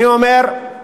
אני אומר,